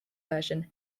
version